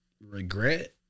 Regret